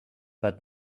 but